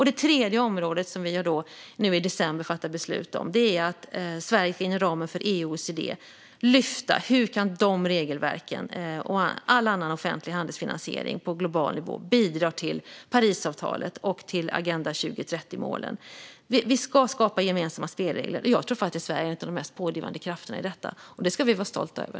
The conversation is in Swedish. Det tredje området, som vi i december fattade beslut om, är att Sverige inom ramen för EU och OECD kan lyfta hur de regelverken och all annan offentlig handelsfinansiering på global nivå kan bidra till Parisavtalet och Agenda 2030-målen. Vi ska skapa gemensamma spelregler, och jag tror faktiskt att Sverige är en av de mest pådrivande krafterna i detta. Det ska vi vara stolta över.